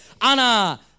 Anna